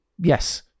yes